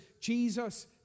Jesus